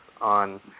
on